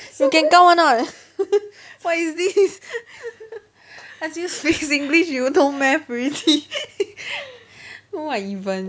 you can count or not what is this must use english you know math already what even